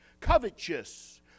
covetous